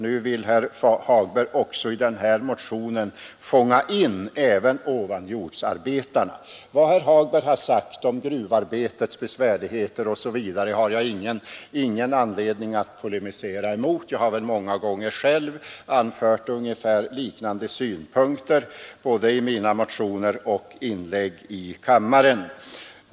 Nu vill herr Hagberg i denna motion fånga in även ovanjordsarbetarna. Vad herr Hagberg har sagt om gruvarbetets besvärligheter har jag ingen anledning att polemisera emot. Själv har jag väl många gånger anfört ungefär liknande synpunkter i både mina motioner och inlägg i kammaren.